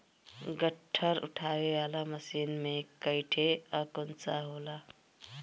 गट्ठर उठावे वाला मशीन में कईठे अंकुशा होला